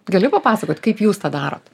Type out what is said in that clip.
gali papasakot kaip jūs tą darot